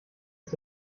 ist